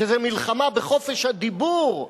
שזו מלחמה בחופש הדיבור.